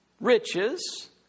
riches